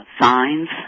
signs